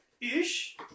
Ish